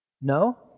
no